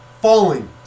Falling